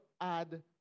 add